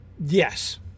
Yes